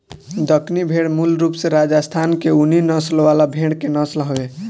दक्कनी भेड़ मूल रूप से राजस्थान के ऊनी नस्ल वाला भेड़ के नस्ल हवे